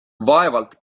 vaevalt